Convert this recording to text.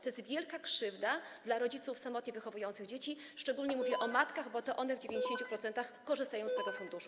To jest wielka krzywda dla rodziców samotnie wychowujących dzieci, szczególnie mówię o matkach, bo to one w 90% korzystają z tego funduszu.